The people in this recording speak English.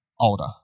older